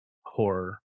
horror